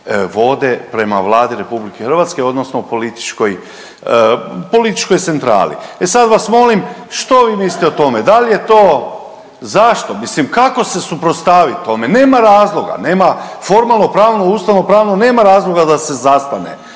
vode prema Vladi RH odnosno političkoj, političkoj centrali. E sad vas molim što vi mislite o tome, da li je to, zašto, mislim kako se suprotstaviti tome, nema razloga, nema formalno pravno, ustavno pravno nema razloga da se zastane.